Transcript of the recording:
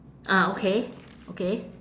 ah okay okay